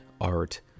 art